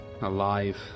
alive